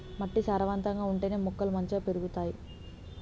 మట్టి సారవంతంగా ఉంటేనే మొక్కలు మంచిగ పెరుగుతాయి